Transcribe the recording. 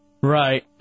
Right